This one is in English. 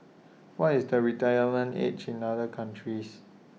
what is the retirement age in other countries